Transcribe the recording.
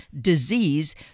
disease